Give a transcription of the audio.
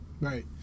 Right